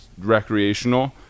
recreational